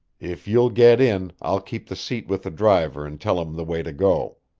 if you'll get in, i'll keep the seat with the driver and tell him the way to go.